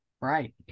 right